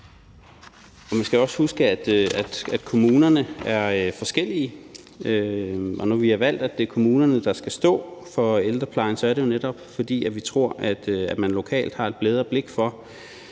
Man skal også huske, at kommunerne er forskellige, og når vi har valgt, at det er kommunerne, der skal stå for ældreplejen, er det jo netop, fordi vi tror, at man lokalt har et bedre blik for,